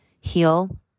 heal